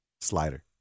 Slider